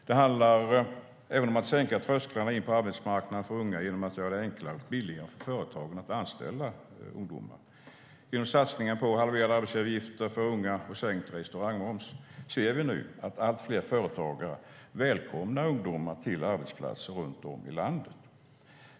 Det handlar även om att sänka trösklarna in på arbetsmarknaden för unga genom att göra det enklare och billigare för företagen att anställa ungdomar. Genom satsningen på halverade arbetsgivaravgifter för unga och sänkt restaurangmoms ser vi nu att allt fler företagare välkomnar ungdomar till arbetsplatser runt om i landet.